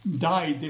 died